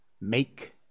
Make